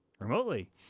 remotely